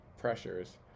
pressures